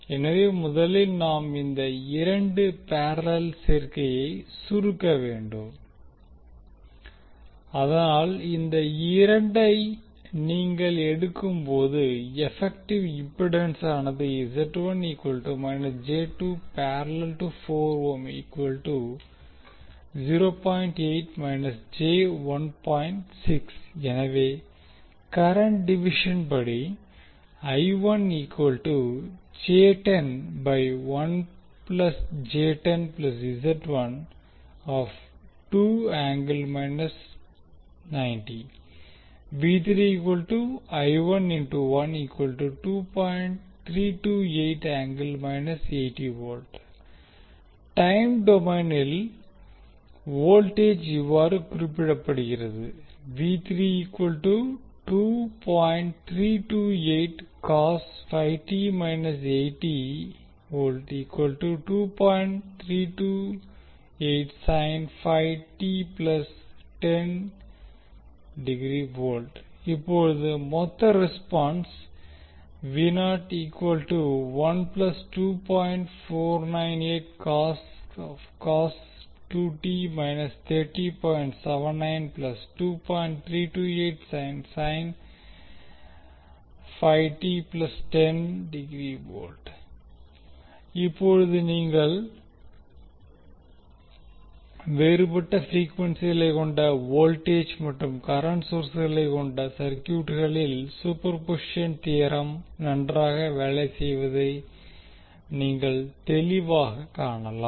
எனவே முதலில் நாம் இந்த இரண்டு பேரலல் சேர்க்கையை சுருக்க வேண்டும் அதனால் இந்த இரண்டை நீங்கள் எடுக்கும் பொது எபெக்டிவ் இம்பிடென்சானது எனவே கரண்ட் டிவிஷன் படி டைம் டொமைனில் வோல்டேஜ் இவ்வாறு குறிப்பிடப்படுகிறது இப்போது மொத்த ரெஸ்பான்ஸ் இப்போது நீங்கள் வேறுபட்ட ப்ரீக்வென்சிகளை கொண்ட வோல்டேஜ் மற்றும் கரண்ட் சோர்ஸ்களை கொண்ட சர்கியூட்களில் சூப்பர்பொசிஷன் தியோரம் நன்றாக வேலை செய்வதை நீங்கள் தெளிவாக காணலாம்